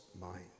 mind